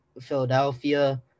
Philadelphia